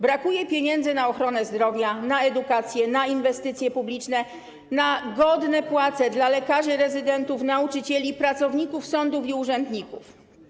Brakuje pieniędzy na ochronę zdrowia, na edukację, na inwestycje publiczne, na godne płace dla lekarzy rezydentów, nauczycieli, pracowników sądów i urzędników.